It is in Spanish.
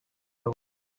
los